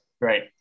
Right